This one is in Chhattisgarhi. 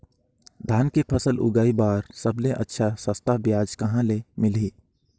धान के फसल उगाई बार सबले अच्छा सस्ता ब्याज कहा ले मिलही?